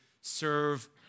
serve